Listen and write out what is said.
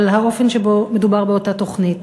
על האופן שבו מדובר באותה תוכנית,